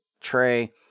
tray